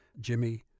Jimmy